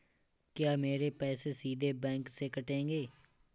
क्या मेरे पैसे सीधे बैंक से कटेंगे?